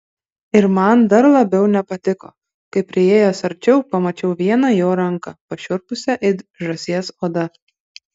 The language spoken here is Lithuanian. ir man dar labiau nepatiko kai priėjęs arčiau pamačiau vieną jo ranką pašiurpusią it žąsies oda